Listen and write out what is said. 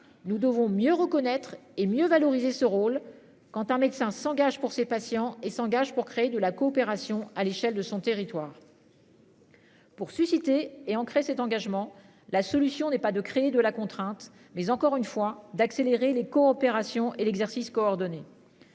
Nous devons mieux reconnaître et mieux valoriser ce rôle quand un médecin s'engage pour ses patients et s'engage pour créer de la coopération à l'échelle de son territoire. Pour susciter et cet engagement, la solution n'est pas de créer de la contrainte, mais encore une fois d'accélérer les coopérations et l'exercice coordonné.